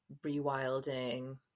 rewilding